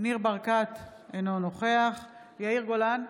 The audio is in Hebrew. ניר ברקת, אינו נוכח יאיר גולן,